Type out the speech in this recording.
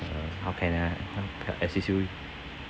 uh how can I a~ assist you